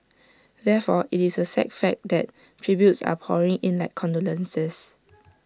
therefore IT is A sad fact that the tributes are pouring in like condolences